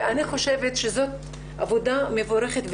ואני חושבת שזאת עבודה מבורכת,